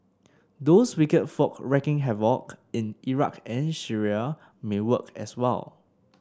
those wicked folk wreaking havoc in Iraq and Syria may work as well